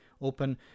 open